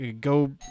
go